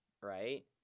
right